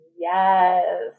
Yes